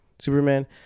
Superman